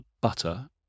butter